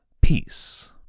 peace